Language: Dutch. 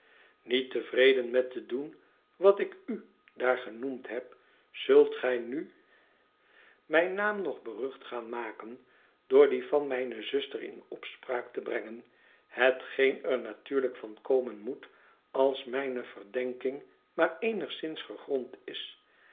niet tevreden met te doen wat ik u daar genoemd heb zult gij nu mijn naam nog berucht gaan maken door dien van mijne zuster in opspraak te brengen hetgeen er natuurlijk van komen moet als mijne verdenking maar eenigszins gegrond is